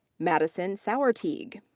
madison sauerteig.